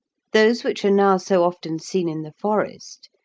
those which are now so often seen in the forest,